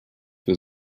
für